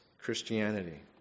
Christianity